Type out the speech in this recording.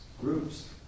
groups